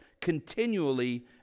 continually